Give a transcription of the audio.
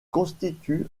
constitue